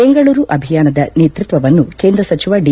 ಬೆಂಗಳೂರು ಅಭಿಯಾನದ ನೇತೃತ್ವವನ್ನು ಕೇಂದ್ರ ಸಚಿವ ದಿ